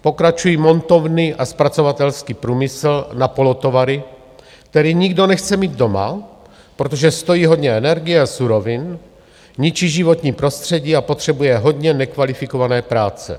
Pokračují montovny a zpracovatelský průmysl na polotovary, který nikdo nechce mít doma, protože stojí hodně energie a surovin, ničí životní prostředí a potřebuje hodně nekvalifikované práce.